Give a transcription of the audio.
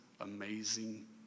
Amazing